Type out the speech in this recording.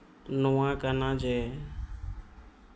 ᱱᱚᱣᱟ ᱠᱟᱱᱟ ᱡᱮ